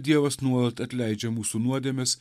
dievas nuolat atleidžia mūsų nuodėmes